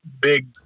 big